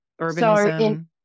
urbanism